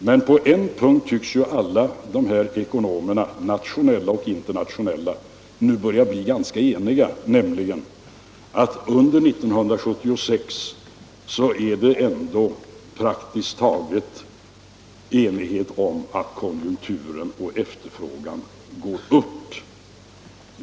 Men på en punkt tycks alla dessa ekonomer — nationella och internationella — börja bli ganska eniga, nämligen om att konjunkturen och efterfrågan under 1976 går upp.